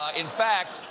ah in fact,